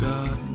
God